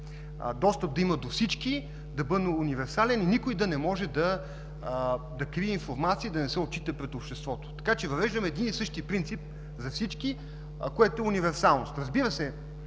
достъп да има до всички, да бъде универсален и никой да не може да крие информация и да не се отчита пред обществото, така че въвеждаме един и същ принцип за всички, което е универсално. Разбира се,